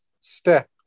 step